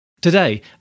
Today